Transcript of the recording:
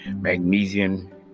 magnesium